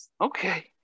Okay